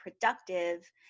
productive